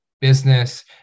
business